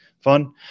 fun